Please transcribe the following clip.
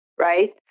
right